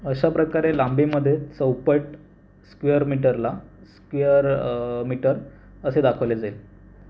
अशा प्रकारे लांबीमध्ये चौपट स्क्वेअर मीटरला स्क्वेअर मीटर असे दाखवले जाईल